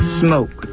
smoke